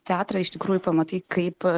teatrą iš tikrųjų pamatai kaip